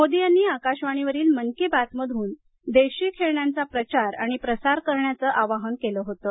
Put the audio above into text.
मोदी यांनी आकाशवाणीवरील मन की बातमधून देशी खेळण्यांचा प्रचार आणि प्रसार करण्याचं आवाहन केलं होतं